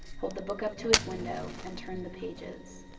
hold the book up to his window, and turn the pages.